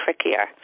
trickier